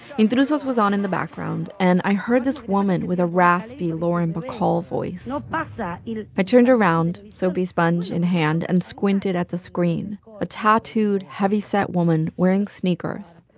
intrusos was on in the background, and i heard this woman with a raspy lauren bacall voice. so but you know i turned around, soapy sponge in hand, and squinted at the screen a tattooed, heavyset woman wearing sneakers.